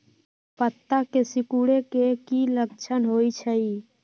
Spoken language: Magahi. पत्ता के सिकुड़े के की लक्षण होइ छइ?